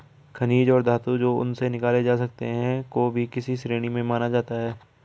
खनिज और धातु जो उनसे निकाले जा सकते हैं को भी इसी श्रेणी में माना जाता है